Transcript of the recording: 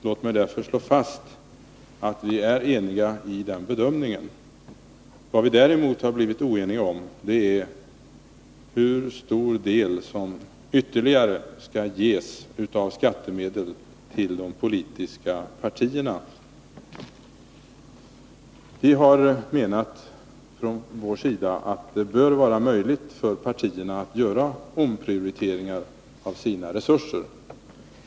Låt mig därför slå fast att vi är eniga i den bedömningen! Vad vi däremot har blivit oeniga om är hur stor del som ytterligare skall ges av skattemedel till de politiska partierna. Vi har från vår sida menat att det bör vara möjligt för partierna att göra omprioriteringar av sina resurser.